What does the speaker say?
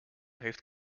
heeft